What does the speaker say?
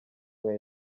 nka